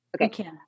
Okay